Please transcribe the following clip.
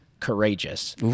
courageous